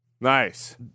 Nice